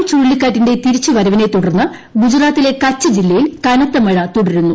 വായു ചുഴലിക്കാറ്റിന്റെ തിരിച്ചുവരവിനെ തുടർന്ന് ന് ഗുജറാത്തിലെ കച്ച് ജില്ലയിൽ കനത്ത മഴ തുടരുന്നു